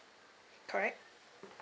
correct